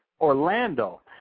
Orlando